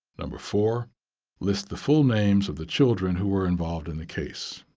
number four list the full names of the children who are involved in the case.